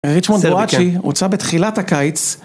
ריצ'מונד רואצ'י הוצא בתחילת הקיץ